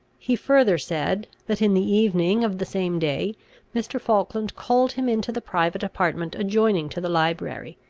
he further said, that in the evening of the same day mr. falkland called him into the private apartment adjoining to the library,